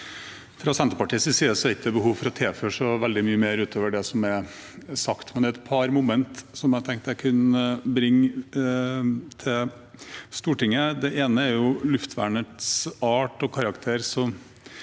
Fra Senterpartiets side er det ikke behov for å tilføye så veldig mye mer utover det som er sagt, men det er et par moment jeg tenkte jeg kunne bringe til Stortinget. Det ene er luftvernets art og karakter